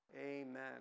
Amen